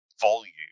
volume